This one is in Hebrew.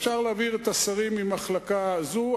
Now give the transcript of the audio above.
אפשר להעביר את השרים ממחלקה זו,